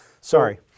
Sorry